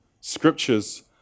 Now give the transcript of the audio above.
scriptures